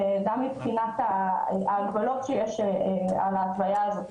גם מבחינת ההגבלות שיש על ההתוויה הזאת,